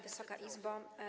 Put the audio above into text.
Wysoka Izbo!